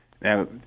Now